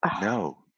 No